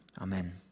Amen